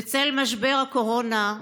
בצל משבר הקורונה,